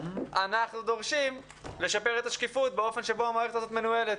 אנחנו דורשים לשפר את השקיפות בדרך שהמערכת הזו מנוהלת.